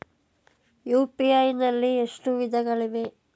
UPI ನಲ್ಲಿ ಎಷ್ಟು ವಿಧಗಳಿವೆ?